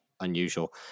unusual